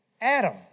Adam